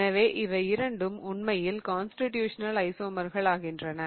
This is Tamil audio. எனவே இவை இரண்டும் உண்மையில் கான்ஸ்டிட்யூஷனல் ஐசோமராகின்றன